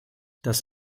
das